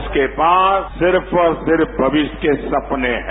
उसके पास सिर्फ और सिर्फ भविष्य के सपने हैं